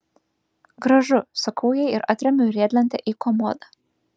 gražu sakau jai ir atremiu riedlentę į komodą